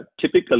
typically